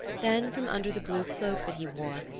then, from under the blue cloak that he wore,